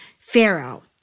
Pharaoh